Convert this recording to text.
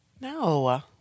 No